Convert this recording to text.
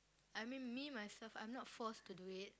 I mean me myself I'm not forced to do it